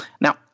Now